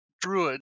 Druid